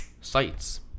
sites